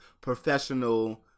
professional